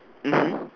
mmhmm